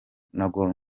gor